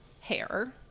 hair